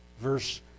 verse